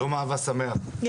הישיבה ננעלה בשעה 12:45.